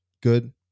good